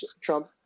Trump